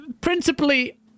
principally